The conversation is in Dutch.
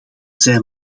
zijn